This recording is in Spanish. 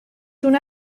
una